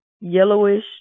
yellowish